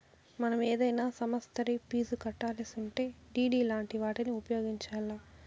మనం ఏదైనా సమస్తరి ఫీజు కట్టాలిసుంటే డిడి లాంటి వాటిని ఉపయోగించాల్ల